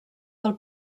del